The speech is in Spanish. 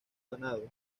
ganado